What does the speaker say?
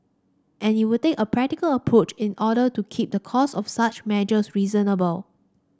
and it will take a practical approach in order to keep the cost of such measures reasonable